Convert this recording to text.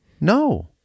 No